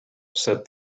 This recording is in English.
said